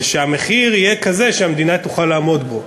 ושהמחיר יהיה כזה שהמדינה תוכל לעמוד בו.